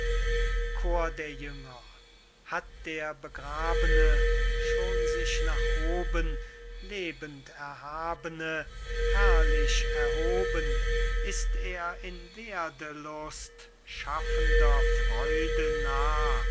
chor der jünger hat der begrabene schon sich nach oben lebend erhabene herrlich erhoben ist er in werdelust schaffender freude nah